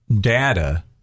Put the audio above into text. data